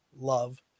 love